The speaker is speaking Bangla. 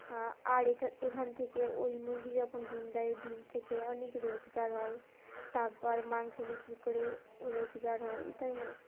আর এটা এখান থেকে ওই মুরগি যখন ডিম দেয় ওই ডিম থেকে অনেক রোজগার হয় তারপর মাংস বিক্রি করে রোজগার হয় এটাই আর কি